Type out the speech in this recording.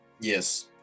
Yes